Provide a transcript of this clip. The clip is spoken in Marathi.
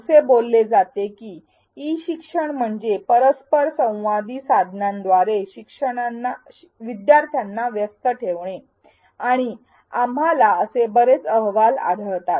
असे बोलले जाते की ई शिक्षण म्हणजे परस्पर संवादी साधनांद्वारे विद्यार्थ्यांना व्यस्त ठेवते आणि आम्हाला असे बरेच अहवाल आढळतात